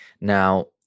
now